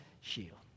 shield